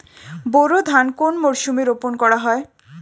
বোরো ধান কোন মরশুমে রোপণ করা হয়?